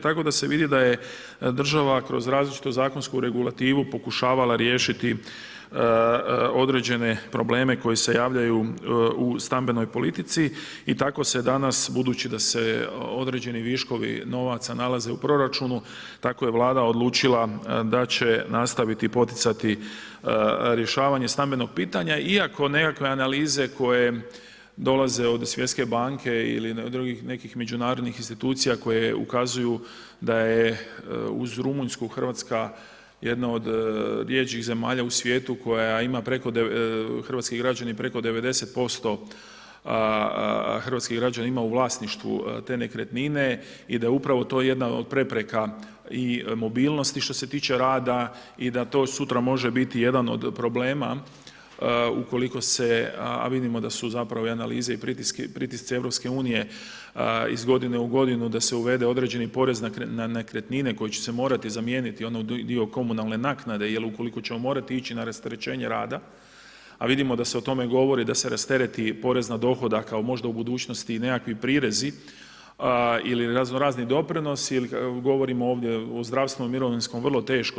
Tako da se vidi da je država kroz različitu zakonsku regulativu pokušavala riješiti određene probleme koji se javljaju u stambenoj politici i tako se danas, budući da se određeni viškovi novaca nalaze u proračunu, tako je vlada odlučila da će nastaviti poticati rješavanje stambenog pitanja iako nekakve analize koje dolaze od svjetske banke ili drugih nekih međunarodnih institucija koje ukazuju da je uz Rumunjsku Hrvatska jedna od rjeđih zemalja u svijetu koja ima preko, hrvatski građani preko 90% hrvatskih građana ima u vlasništvu te nekretnine i da je upravo to jedna od prepreka i mobilnosti što se tiče rada i da to sutra može biti jedan od problema ukoliko se, a vidimo da su zapravo i analize i pritisci EU iz godine u godinu da se uvede određeni porez na nekretnine koji će se morati zamijeniti onaj dio komunalne naknade jer ukoliko ćemo morati ići na rasterećenje rada, a vidimo da se o tome govori da se rastereti porez na dohodak, a možda u budućnosti i nekakvi prirezi ili razno-razni doprinosi ili govorimo ovdje o zdravstvenom, mirovinskom vrlo teško.